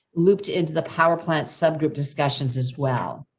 looped into the power plant sub group discussions as well.